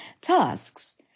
tasks